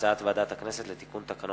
הצעת חוק התקשורת (בזק ושידורים)